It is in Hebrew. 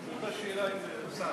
זאת אותה שאלה עם אוסאמה.